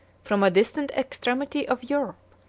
from a distant extremity of europe,